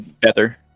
better